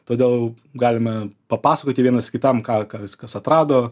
todėl galime papasakoti vienas kitam ką kas kas atrado